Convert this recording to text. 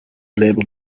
label